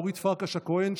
אורית פרקש הכהן,